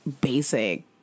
basic